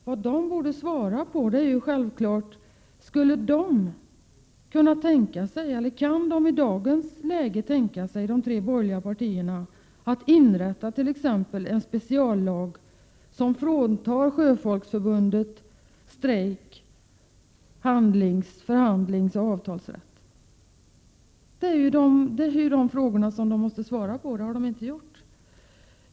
Vad de borgerliga partierna borde svara på är om de i dagens läge kan tänka sig att inrätta t.ex. en speciallag som fråntar Sjöfolksförbundet strejk-, förhandlingsoch avtalsrätten. Det är denna fråga som de måste svara på, men det har de inte gjort.